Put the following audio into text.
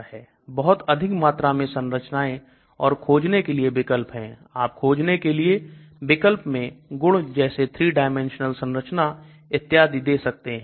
बहुत अधिक मात्रा में संरचनाएं और खोजने के लिए विकल्प हैं आप खोजने के लिए विकल्प में गुण जैसे थ्री डाइमेंशनल संरचना इत्यादि दे सकते हैं